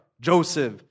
Joseph